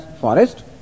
forest